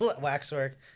Waxwork